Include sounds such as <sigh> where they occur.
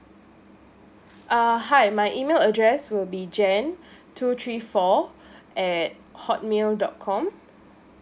uh hi my email address will be jan <breath> two three four at hotmail dot com